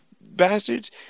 bastards